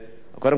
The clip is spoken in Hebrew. קודם כול,